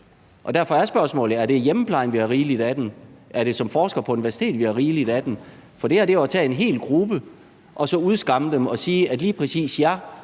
Derfor er spørgsmålet, om det er i hjemmeplejen, vi har rigeligt af dem, eller om det er som forskere på universitetet, vi har rigeligt af dem. For det her er jo at tage en hel gruppe og så udskamme dem og sige, at lige præcis jer